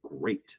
great